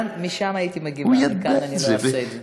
משם הייתי מגיבה, מכאן אני לא אעשה את זה.